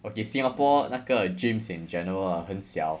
okay singapore 那个 gyms in general ah 很小